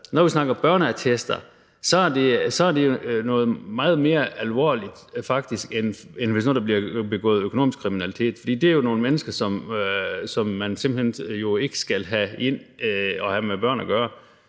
når vi snakker børneattester, er det jo faktsik noget meget mere alvorligt, end hvis nu der bliver begået økonomisk kriminalitet, for det er jo nogle mennesker, som man simpelt hen ikke skal have ind at have